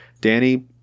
Danny